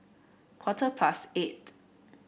quarter past eight